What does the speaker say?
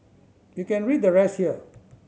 you can read the rest here